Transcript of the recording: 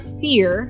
fear